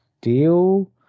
deal